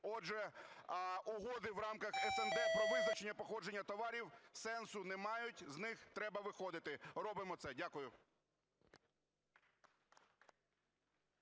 Отже, угоди в рамках СНД про визначення і походження товарів сенсу не мають, з них треба виходити, робимо це. Дякую.